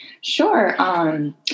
Sure